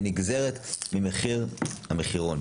שנגזרת ממחיר המחירון,